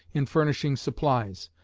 in furnishing supplies.